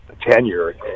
tenure